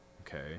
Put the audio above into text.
okay